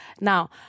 Now